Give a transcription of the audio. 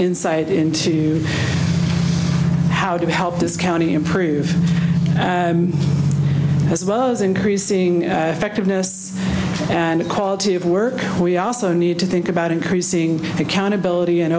insight into how to help this county improve as well as increasing affected and quality of work we also need to think about increasing accountability and